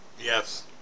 Yes